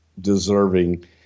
deserving